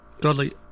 Dudley